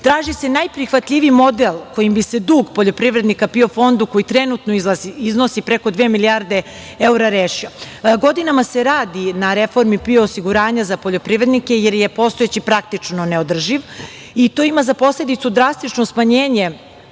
Traži se najprihvatljiviji model kojim bi se dug poljoprivrednika PIO fondu, koji trenutno iznosi preko dve milijarde evra, rešio. Godinama se radi na reformi PIO osiguranja za poljoprivrednike, jer je postojeći praktično neodrživ. To ima za posledicu drastično smanjenje